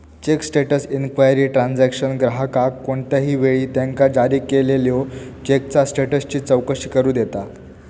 check status inquiry transaction ग्राहकाक कोणत्याही वेळी त्यांका जारी केलेल्यो चेकचा स्टेटसची चौकशी करू देता